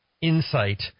insight